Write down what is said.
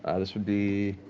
ah this would be